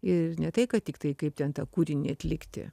ir ne tai kad tiktai kaip ten tą kūrinį atlikti